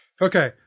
Okay